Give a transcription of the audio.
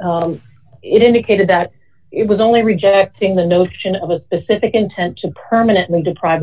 of it indicated that it was only rejecting the notion of a specific intent to permanently deprive